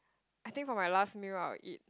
I think for my last meal I will eat